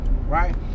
right